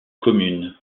commune